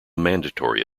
mandatory